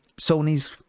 Sony's